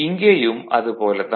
இங்கேயும் அது போல தான்